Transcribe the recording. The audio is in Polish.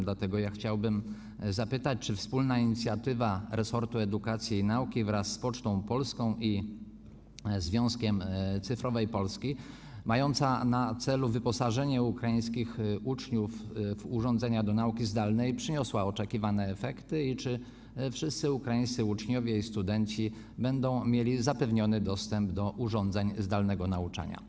Dlatego chciałbym zapytać, czy wspólna inicjatywa resortu edukacji i nauki, Poczty Polskiej i Związku Cyfrowa Polska, mająca na celu wyposażenie ukraińskich uczniów w urządzenia do nauki zdalnej, przyniosła oczekiwane efekty i czy wszyscy ukraińscy uczniowie i studenci będą mieli zapewniony dostęp do urządzeń do zdalnego nauczania.